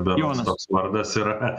berods toks vardas yra